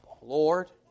Lord